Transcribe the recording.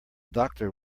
doctor